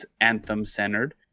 Anthem-centered